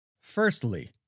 Firstly